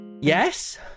Yes